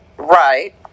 Right